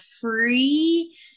free